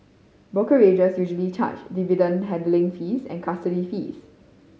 brokerages usually charge dividend handling fees and custody fees